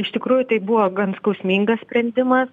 iš tikrųjų tai buvo gan skausmingas sprendimas